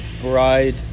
bride